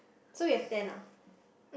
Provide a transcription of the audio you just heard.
so you have ten ah